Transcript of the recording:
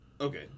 Okay